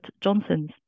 Johnson's